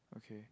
okay